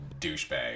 douchebag